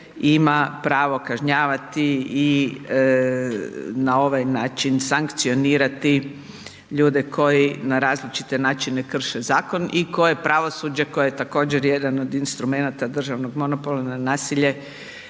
ima pravo kažnjavati i na ovaj način sankcionirati ljude koji na različite načine krše zakon i koje pravosuđe koje je također jedan od instrumenata državnog monopola na nasilje,